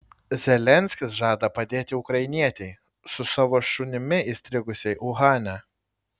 zelenskis žada padėti ukrainietei su savo šunimi įstrigusiai uhane